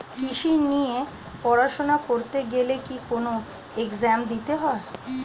কৃষি নিয়ে পড়াশোনা করতে গেলে কি কোন এগজাম দিতে হয়?